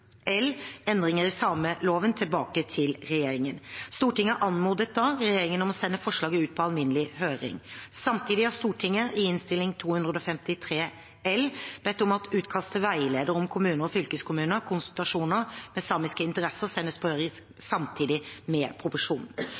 L for 2017–2018, Endringer i sameloven mv. , tilbake til regjeringen. Stortinget anmodet da regjeringen om å sende forslaget ut på alminnelig høring. Samtidig har Stortinget i Innst. 253 L for 2018–2019 bedt om at utkast til veileder om kommuner og fylkeskommuners konsultasjoner med samiske interesser sendes på høring samtidig med proposisjonen.